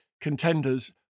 contenders